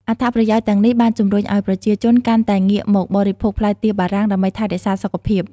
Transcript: អត្ថប្រយោជន៍ទាំងនេះ បានជំរុញឱ្យប្រជាជនកាន់តែងាកមកបរិភោគផ្លែទៀបបារាំងដើម្បីថែរក្សាសុខភាព។